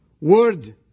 word